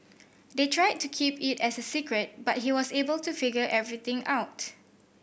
they tried to keep it as a secret but he was able to figure everything out